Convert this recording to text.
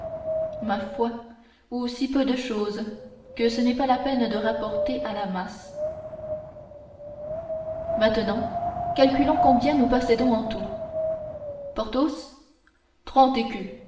ma foi ou si peu de chose que ce n'est pas la peine de rapporter à la masse maintenant calculons combien nous possédons en tout porthos trente